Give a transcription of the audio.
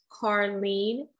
Carlene